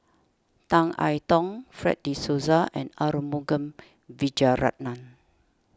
Tan I Tong Fred De Souza and Arumugam Vijiaratnam